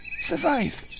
survive